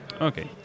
okay